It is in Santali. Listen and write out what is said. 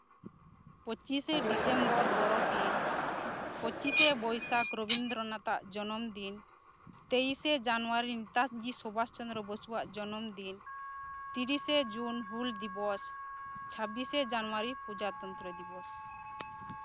ᱯᱚᱸᱪᱤᱥᱮ ᱰᱤᱥᱮᱢᱵᱚᱨ ᱵᱚᱲᱚ ᱫᱤᱱ ᱯᱚᱸᱪᱤᱥᱮ ᱵᱳᱭᱥᱟᱠᱷ ᱨᱚᱵᱤᱱᱫᱨᱚᱱᱟᱛᱷ ᱟᱜ ᱡᱚᱱᱚᱢ ᱫᱤᱱ ᱛᱮᱭᱤᱥᱮ ᱡᱟᱱᱩᱣᱟᱨᱤ ᱱᱮᱛᱟᱡᱤ ᱥᱩᱵᱷᱟᱥ ᱪᱚᱱᱫᱨᱚ ᱵᱚᱥᱩ ᱟᱜ ᱡᱚᱱᱚᱢ ᱫᱤᱱ ᱛᱤᱨᱤᱥᱮ ᱡᱩᱱ ᱦᱩᱞ ᱫᱤᱵᱚᱥ ᱪᱷᱟᱵᱽᱵᱤᱥᱮ ᱡᱟᱱᱩᱣᱟᱨᱤ ᱯᱨᱚᱡᱟᱛᱚᱱᱛᱨᱚ ᱫᱤᱵᱚᱥ